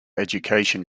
education